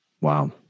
Wow